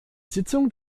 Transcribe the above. sitzung